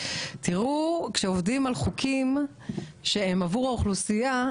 תראו כשעובדים על חוקים שהם עבור האוכלוסייה,